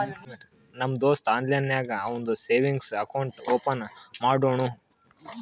ನಮ್ ದೋಸ್ತ ಆನ್ಲೈನ್ ನಾಗೆ ಅವಂದು ಸೇವಿಂಗ್ಸ್ ಅಕೌಂಟ್ ಓಪನ್ ಮಾಡುನೂ